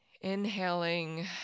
Inhaling